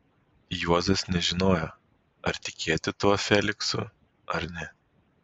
juozas nežinojo ar tikėti tuo feliksu ar ne